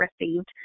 received